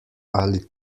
ali